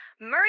Murray